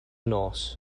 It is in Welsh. nos